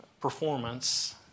performance